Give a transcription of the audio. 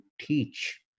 teach